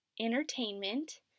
entertainment